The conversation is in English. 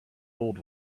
old